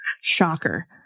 Shocker